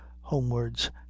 homewards